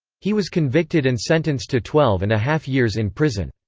he was convicted and sentenced to twelve and a half years in prison.